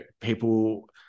people